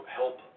help